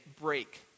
break